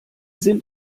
sind